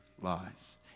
lies